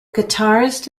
guitarist